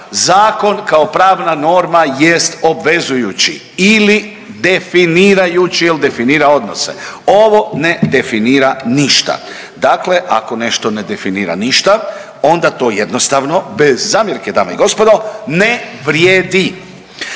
zakon kao pravna norma jest obvezujući ili definirajući jer definira odnose. Ovo ne definira ništa. Dakle, ako nešto ne definira ništa onda to jednostavno bez zamjerke dame i gospodo ne vrijedi.